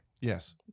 Yes